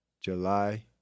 July